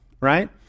right